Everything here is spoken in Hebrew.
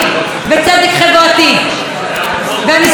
אני שמחה שחוק הקולנוע עבר,